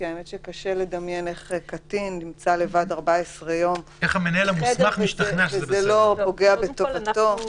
כי האמת שקשה לדמיין איך קטין נמצא לבד 14 יום בלי שזה פוגע בטובתו.